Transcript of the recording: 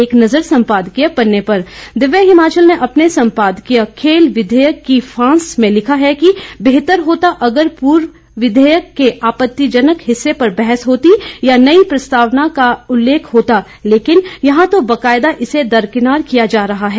एक नज़र सम्पादकीय पन्ने पर दिव्य हिमाचल ने अपने संपादकीय खेल विघेयक की फांस में लिखा है कि बेहतर होता अगर पूर्व विधेयक के आपत्तिजनक हिस्से पर बहस होती या नई प्रस्तावना का उल्लेख होता लेंकिन यहां तो बाकायदा इसे दरकिनार किया जा रहा है